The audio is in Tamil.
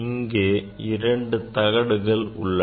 இங்கே இரண்டு தகடுகள் உள்ளன